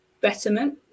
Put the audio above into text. betterment